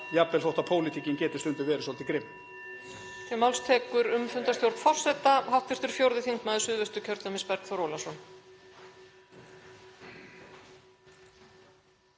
jafnvel þótt pólitíkin geti stundum verið svolítið grimm.